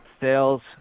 sales